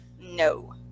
No